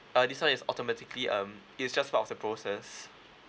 uh this [one] is automatically um it's just part of the process